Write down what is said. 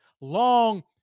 long